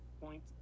Point